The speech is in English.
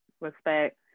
Respect